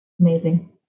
amazing